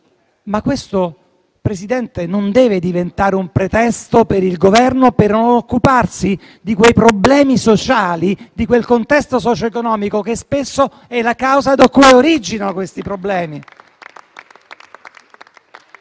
però, Presidente, non deve diventare un pretesto per il Governo per occuparsi di quei problemi sociali e di quel contesto socioeconomico che spesso è la causa da cui originano tali problemi.